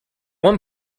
one